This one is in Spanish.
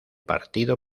partido